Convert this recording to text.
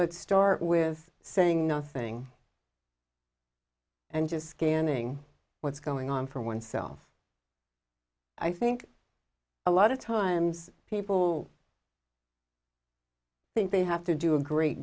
but start with saying nothing and just scanning what's going on for oneself i think a lot of times people think they have to do a great